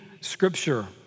Scripture